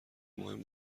مهم